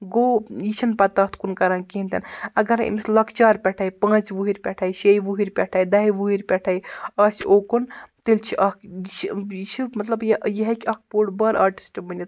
گوٚو یہِ چھُنہٕ پَتہٕ تَتھ کُن کَران کِہیٖنۍ تہِ نہٕ اَگَرٔے أمِس لۄکچار پٮ۪ٹھٔے پانٛژِ وہٕرۍ پٮ۪ٹھٔے شیٚہِ وہٕرۍ پٮ۪ٹھٔے دَہہِ وہٕرۍ پٮ۪ٹھٔے آسہِ اوکُن تیٚلہِ چھُ اَکھ یہِ چھُ یہِ چھُ مطلب یہِ یہِ ہیٚکہِ اَکھ بوٚڑ بارٕ آرٹِسٹ بٔنِتھ